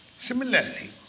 Similarly